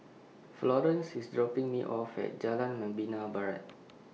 Florence IS dropping Me off At Jalan Membina Barat